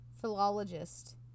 Philologist